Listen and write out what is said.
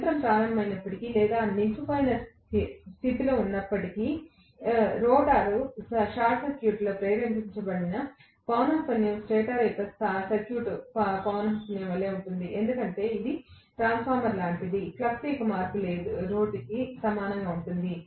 యంత్రం ప్రారంభమైనప్పుడు లేదా అది నిలిచిపోయిన స్థితిలో ఉన్నప్పుడు రోటర్ సర్క్యూట్లో ప్రేరేపించబడిన పౌనఃపున్యం స్టేటర్ సర్క్యూట్ పౌనఃపున్యం వలె ఉంటుంది ఎందుకంటే ఇది ట్రాన్స్ఫార్మర్ లాంటిది ఫ్లక్స్ యొక్క మార్పు రేటు సమానంగా ఉంటుంది